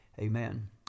Amen